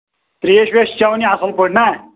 ترٛیش ویش چھِ چٮ۪وان یہِ اَصٕل پٲٹھۍ نا